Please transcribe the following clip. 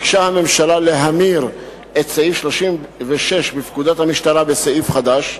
ביקשה הממשלה להמיר את סעיף 36 בפקודת המשטרה בסעיף חדש,